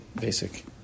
basic